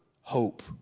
hope